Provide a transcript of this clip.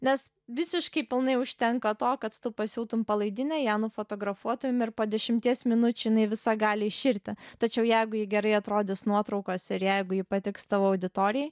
nes visiškai pilnai užtenka to kad tu pasiūtum palaidinę ją nufotografuotum ir po dešimties minučių jinai visa gali iširti tačiau jeigu ji gerai atrodys nuotraukose ir jeigu ji patiks tavo auditorijai